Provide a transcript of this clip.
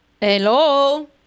Hello